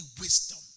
wisdom